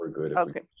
Okay